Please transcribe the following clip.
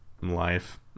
life